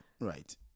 right